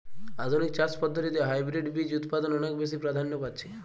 আধুনিক চাষ পদ্ধতিতে হাইব্রিড বীজ উৎপাদন অনেক বেশী প্রাধান্য পাচ্ছে